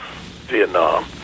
Vietnam